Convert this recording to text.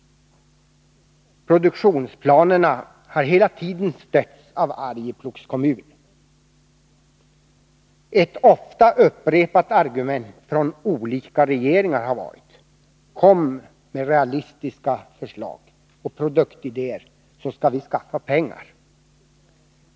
Produktionsplanerna har hela tiden stötts av Arjeplogs kommun. Ett ofta upprepat argument från olika regeringar har varit: Kom med realistiska förslag och produktidéer, så skall vi skaffa pengar.